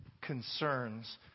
concerns